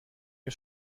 wir